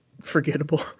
forgettable